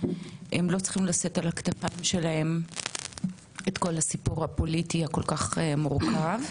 הם לא צריכים לשאת על הכתפיים שלהם את כל הסיפור הפוליטי הכל כך מורכב.